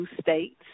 states